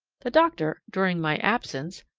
the doctor, during my absence,